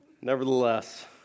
Nevertheless